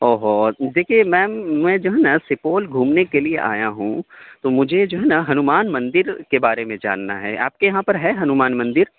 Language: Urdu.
اوہو دیکھیے میم میں جو ہے نا سپول گھومنے کے لیے آیاں ہوں تو مجھے جو ہے نا ہنومان مندر کے بارے میں جاننا ہے آپ کے یہاں پر ہے ہنومان مندر